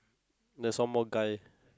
there's one more guy